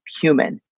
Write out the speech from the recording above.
human